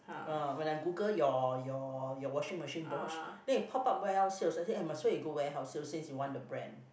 ah when I Google your your your washing machine Bosch then it pop up warehouse sale I say might as well you go warehouse sales since you want the brand